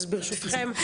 אז ברשותכם.